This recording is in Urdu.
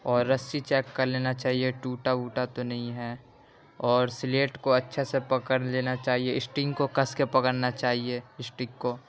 اور رسی چیک کرلینا چاہیے ٹوٹا ووٹا تو نہیں ہے اور سلیٹ کو اچھا سے پکڑ لینا چاہیے اسٹرنگ کو کس کے پکڑنا چاہیے اسٹرنگ کو